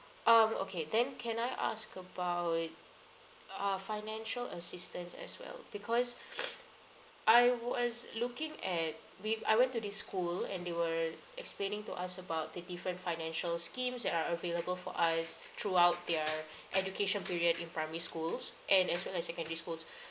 um okay then can I ask about uh financial assistance as well because I was looking at we I went to this school and they were explaining to us about the different financial schemes that are available for us throughout their education period in primary schools and as well as secondary schools